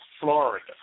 Florida